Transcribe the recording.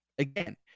Again